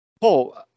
Paul